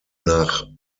nach